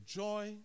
joy